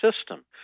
system